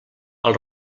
els